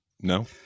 No